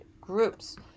Groups